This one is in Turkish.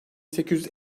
sekiz